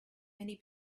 many